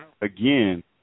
again